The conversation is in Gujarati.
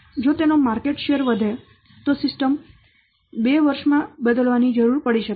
જો તેનો માર્કેટ શેર વધે તો સિસ્ટમ બે વર્ષમાં બદલવાની જરૂર પડી શકે છે